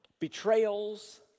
betrayals